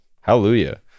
Hallelujah